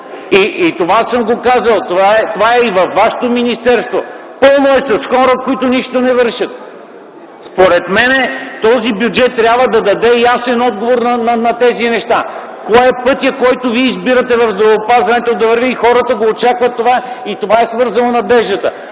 И това съм го казвал, това е и във вашето министерство – пълно е с хора, които нищо не вършат. Според мен този бюджет трябва да даде ясен отговор на тези неща. Кой е пътят, по който вие избирате да върви здравеопазването? Хората очакват това и то е свързано с надеждата.